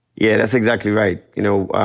yeah, that's exactly right. you know,